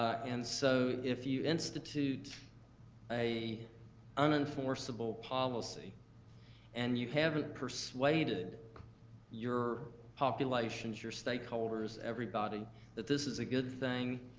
and so, if you institute a unenforceable policy and you haven't persuaded your population, your stakeholders, everybody that this is a good thing,